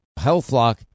HealthLock